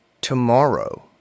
tomorrow